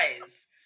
guys